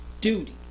duty